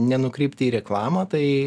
nenukrypti į reklamą tai